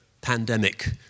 pandemic